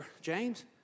James